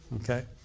Okay